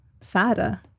sadder